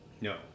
no